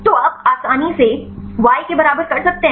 तो आप आसानी से y के बराबर कर सकते हैं